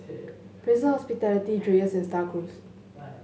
Fraser Hospitality Dreyers and Star Cruise